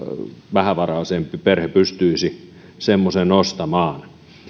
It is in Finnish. vähävaraisempi perhe pystyisi semmoisen ostamaan